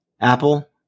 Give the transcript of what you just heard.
Apple